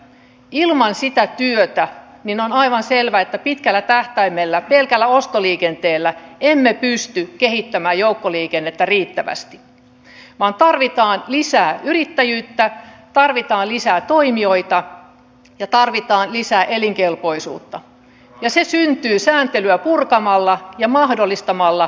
ilman sitä työtä on aivan selvää että pitkällä tähtäimellä pelkällä ostoliikenteellä emme pysty kehittämään joukkoliikennettä riittävästi vaan tarvitaan lisää yrittäjyyttä tarvitaan lisää toimijoita ja tarvitaan lisää elinkelpoisuutta ja se syntyy sääntelyä purkamalla ja mahdollistamalla ympäristöä